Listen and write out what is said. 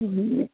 മ്മ്